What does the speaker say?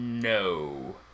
no